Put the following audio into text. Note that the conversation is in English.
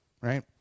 right